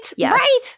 Right